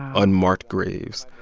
unmarked graves,